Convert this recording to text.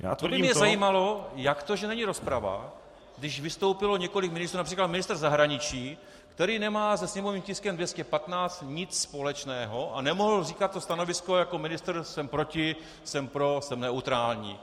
To by mě zajímalo, jak to, že není rozprava, když vystoupilo několik ministrů, například ministr zahraničí, který nemá se sněmovním tiskem 215 nic společného, a nemohl říkat to stanovisko jako ministr, jsem proti, jsem pro, jsem neutrální.